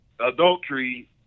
adultery